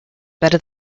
better